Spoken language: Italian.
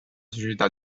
società